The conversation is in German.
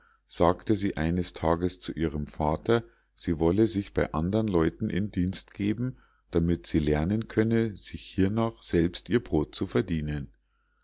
sagte sie eines tages zu ihrem vater sie wolle sich bei andern leuten in dienst geben damit sie lernen könne sich hiernach selbst ihr brod zu verdienen